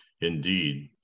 indeed